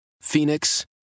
Phoenix